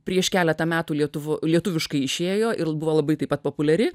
prieš keletą metų lietuv lietuviškai išėjo ir buvo labai taip pat populiari